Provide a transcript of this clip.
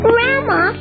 Grandma